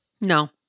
No